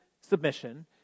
submission